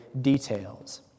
details